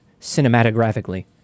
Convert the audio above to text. cinematographically